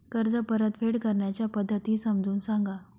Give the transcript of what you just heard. कर्ज परतफेड करण्याच्या पद्धती समजून सांगा